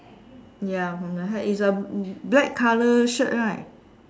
ya for the hair ya is a black colour shirt right